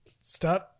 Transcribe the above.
start